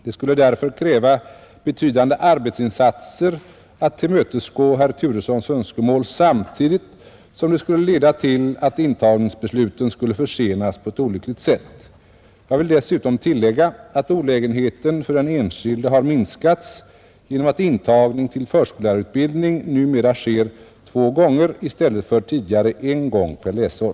Det skulle därför kräva betydande arbetsinsatser att tillmötesgå herr Turessons önskemål samtidigt som det skulle leda till att intagningsbesluten skulle försenas på ett olyckligt sätt. Jag vill dessutom tillägga att olägenheten för den enskilde har minskats genom att intagning till förskollärarutbildning numera sker två gånger i stället för tidigare en gång per läsår.